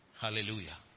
Hallelujah